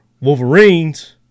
Wolverines